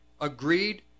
agreed